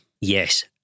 yes